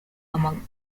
among